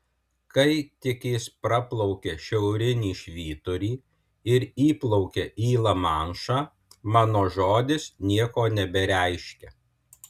kai tik jis praplaukia šiaurinį švyturį ir įplaukia į lamanšą mano žodis nieko nebereiškia